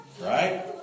Right